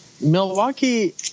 Milwaukee